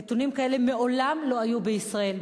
נתונים כאלה מעולם לא היו בישראל,